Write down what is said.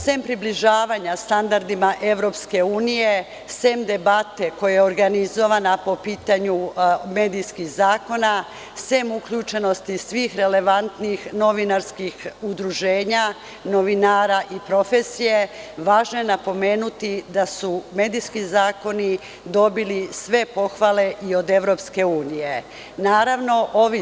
Sem približavanja standardima Evropske unije, sem debate koja je organizovana po pitanju medijskih zakona, sem uključenosti svih relevantnih novinarskih udruženja, novinara i profesije, važno je napomenuti da su medijski zakoni dobili sve pohvale i od Evropske unije.